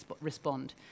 respond